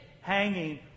hanging